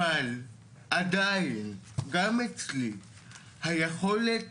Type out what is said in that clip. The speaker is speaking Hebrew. אבל עדיין גם אצלי היכולת